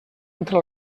entre